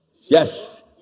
Yes